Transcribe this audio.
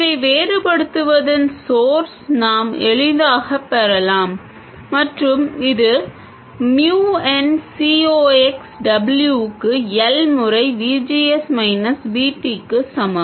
இதை வேறுபடுத்துவதன் ஸோர்ஸ்ம் நாம் எளிதாகப் பெறலாம் மற்றும் இது mu n C ox W க்கு L முறை V G S minus V Tக்கு சமம்